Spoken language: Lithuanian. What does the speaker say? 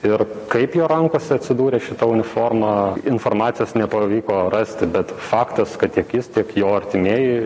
ir kaip jo rankose atsidūrė šita uniforma informacijos nepavyko rasti bet faktas kad tiek jis tiek jo artimieji